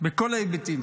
בכל ההיבטים.